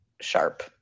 sharp